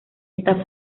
esta